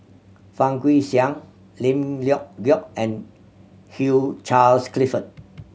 Fang Guixiang Lim Leong Geok and Hugh Charles Clifford